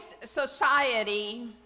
society